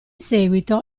seguito